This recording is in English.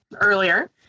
earlier